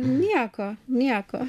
nieko nieko